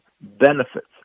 benefits